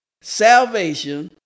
salvation